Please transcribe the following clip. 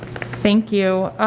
thank you,